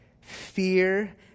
fear